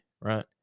right